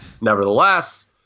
Nevertheless